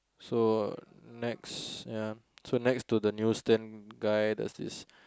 so next ya so next to the news stand guy there's this